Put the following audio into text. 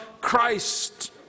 Christ